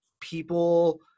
people